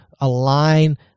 align